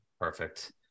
Perfect